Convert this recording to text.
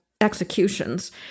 executions